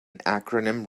acronym